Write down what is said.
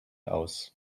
aus